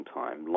time